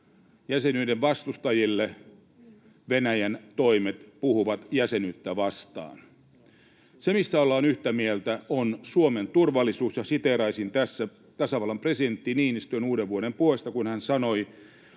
jäsenyyden vastustajille Venäjän toimet puhuvat jäsenyyttä vastaan. Se, missä ollaan yhtä mieltä, on Suomen turvallisuus, ja siteeraisin tässä tasavallan presidentti Niinistön uudenvuoden puhetta, kun hän sanoi: